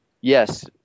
Yes